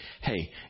hey